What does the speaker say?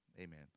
Amen